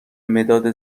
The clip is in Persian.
مداد